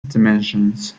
dimensions